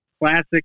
Classic